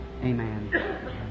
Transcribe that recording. Amen